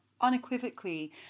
unequivocally